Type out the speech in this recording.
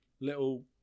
little